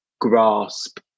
grasp